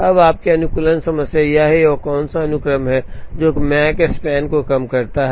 अब आपकी अनुकूलन समस्या यह है कि वह कौन सा अनुक्रम है जो मकस्पैन को कम करता है